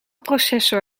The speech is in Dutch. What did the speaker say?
processor